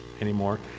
anymore